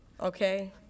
okay